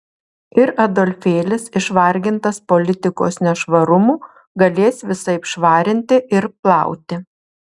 ir adolfėlis išvargintas politikos nešvarumų galės visaip švarinti ir plauti